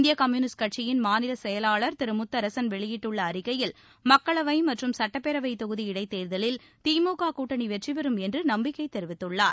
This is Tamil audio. இந்திய கம்யுனிஸ்ட் கட்சியின் மாநில செயலாளர் திரு முத்தரசன் வெளியிட்டுள்ள அறிக்கையில் மக்களவை மற்றும் சுட்டப்பேரவை தொகுதி இடைத்தேர்தலில் திமுக கூட்டணி வெற்றிபெறும் என்று நம்பிக்கை தெரிவித்துள்ளார்